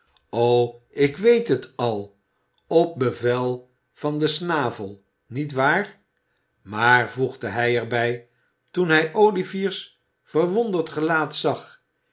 o ik weet het al op bevel van den snavel niet waar maar voegde hij er bij toen hij olivier's verwonderd gelaat zag